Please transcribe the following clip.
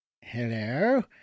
Hello